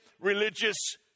religious